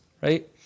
right